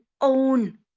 own